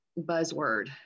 buzzword